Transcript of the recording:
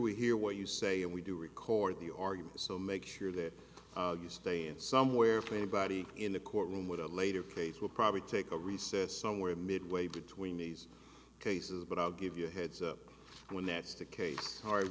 we hear what you say and we do record the argument so make sure that you stay in somewhere for anybody in the courtroom with a later page will probably take a recess somewhere midway between these cases but i'll give you a heads up when that's to case hard